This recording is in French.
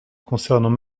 concernant